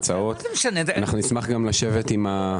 לדעתם זה עולה ועל סמך מה הם קיבלו את ההערכה